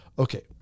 Okay